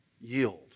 yield